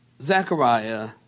Zechariah